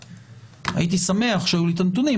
הייתי שמח שהיו לי את הנתונים,